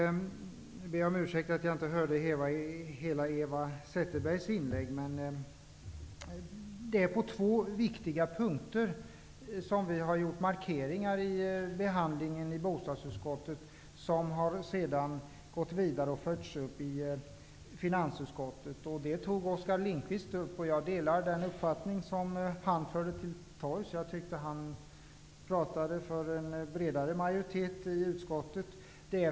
Jag ber om ursäkt för att jag inte hörde hela Eva Zetterbergs anförande. Vi har dock i behandlingen i bostadsutskottet på två viktiga punkter gjort markeringar, som har förts upp i finansutskottet. Det tog Oskar Lindqvist upp, och jag delar den uppfattning som han förde till torgs. Jag tyckte att han talade för en bredare majoritet i utskottet.